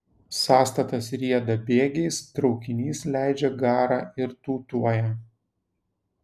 sąstatas rieda bėgiais traukinys leidžia garą ir tūtuoja